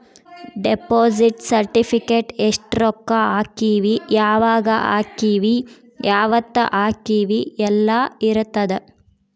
deposit certificate ಎಸ್ಟ ರೊಕ್ಕ ಹಾಕೀವಿ ಯಾವಾಗ ಹಾಕೀವಿ ಯಾವತ್ತ ಹಾಕೀವಿ ಯೆಲ್ಲ ಇರತದ